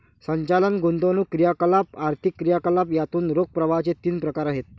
संचालन, गुंतवणूक क्रियाकलाप, आर्थिक क्रियाकलाप यातून रोख प्रवाहाचे तीन प्रकार आहेत